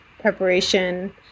preparation